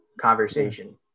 conversation